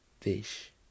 fish